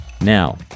Now